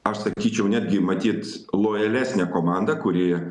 aš sakyčiau netgi matyt lojalesnė komanda kuri